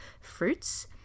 fruits